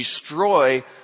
destroy